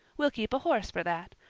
we'll keep a horse for that.